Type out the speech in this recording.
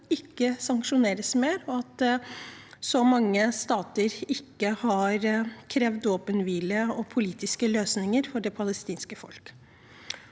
ikke sanksjoneres mer, og at så mange stater ikke har krevd våpenhvile og politiske løsninger for det palestinske folk.